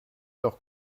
leur